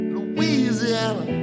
Louisiana